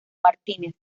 martínez